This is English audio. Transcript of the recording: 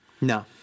No